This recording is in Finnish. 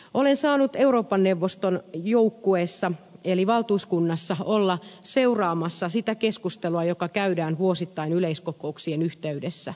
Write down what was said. olen saanut euroopan neuvoston joukkueessa eli valtuuskunnassa olla seuraamassa sitä keskustelua jota käydään vuosittain yleiskokouksien yhteydessä